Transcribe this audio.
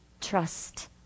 trust